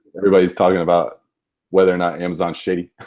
everybody's talking about whether or not amazon shady.